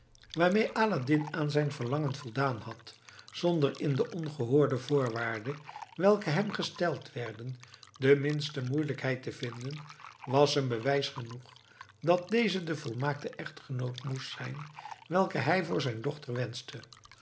waarmee aladdin aan zijn verlangen voldaan had zonder in de ongehoorde voorwaarden welke hem gesteld werden de minste moeilijkheid te vinden was hem bewijs genoeg dat deze de volmaakte echtgenoot moest zijn welke hij voor zijn dochter wenschte